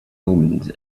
omens